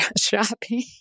Shopping